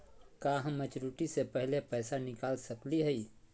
का हम मैच्योरिटी से पहले पैसा निकाल सकली हई?